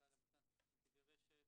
מנכ"ל עמותת "נתיבי רשת",